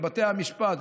לבתי המשפט.